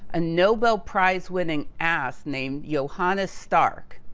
a nobel prize winning ass named johannas stark,